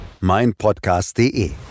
meinpodcast.de